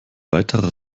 weiterer